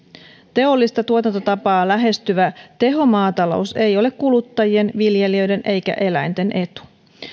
teollista tuotantotapaa lähestyvä tehomaatalous ei ole kuluttajien viljelijöiden eikä eläinten etu